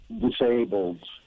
disabled